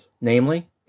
namely